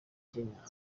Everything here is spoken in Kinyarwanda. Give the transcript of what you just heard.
kenya